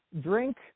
drink